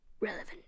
relevant